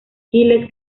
giles